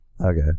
Okay